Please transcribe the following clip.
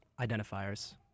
identifiers